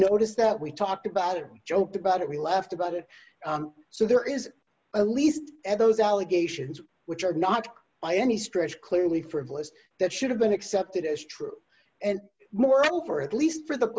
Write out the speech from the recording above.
noticed that we talked about it joked about it we laughed about it so there is a least ed those allegations which are not by any stretch clearly frivolous that should have been accepted as true and moral for at least for the